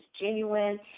genuine